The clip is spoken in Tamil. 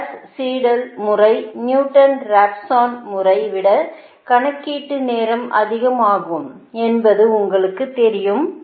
எனவே காஸ் சீடெல் முறை நியூட்டன் ராப்சன் முறையை விட கணக்கீட்டு நேரம் அதிகம் ஆகும் என்பது உங்களுக்குத் தெரியும்